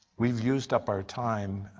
we have used up our time.